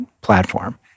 platform